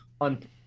on